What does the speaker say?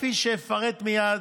כפי שאפרט מייד,